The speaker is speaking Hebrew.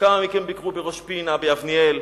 כמה מכם ביקרו בראש-פינה, ביבנאל,